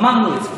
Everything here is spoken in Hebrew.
אמרנו את זה.